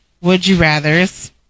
would-you-rathers